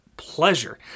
pleasure